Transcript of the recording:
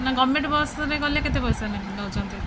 ନା ଗଭର୍ଣ୍ଣମେଣ୍ଟ୍ ବସ୍ରେ ଗଲେ କେତେ ପଇସା ନେଉଛନ୍ତି